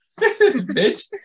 Bitch